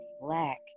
black